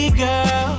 girl